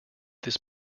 this